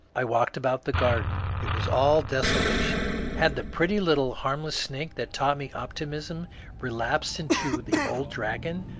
i walked about the garden it was all desolation had the pretty little harmless snake that taught me optimism relapsed into the old dragon?